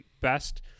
best